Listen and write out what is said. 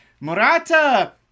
Murata